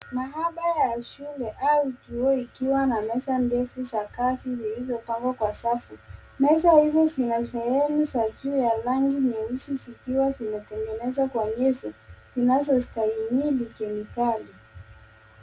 Maabara ya shule au chuo ikiwa na meza ndefu za kazi uliopangwa kwa safu, meza hizo zina sehemu za jua ya rangi nyeusi zikiwa zimetengezwa kwa njia, zinazo stahimili